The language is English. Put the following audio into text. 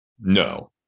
no